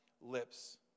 lips